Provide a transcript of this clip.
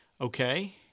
Okay